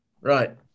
Right